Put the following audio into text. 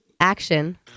Action